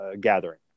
gathering